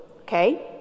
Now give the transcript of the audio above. okay